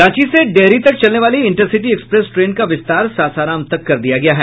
रांची से डेहरी तक चलने वाली इंटरसिटी एक्सप्रेस ट्रेन का विस्तार सासाराम तक कर दिया गया है